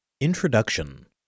Introduction